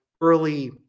early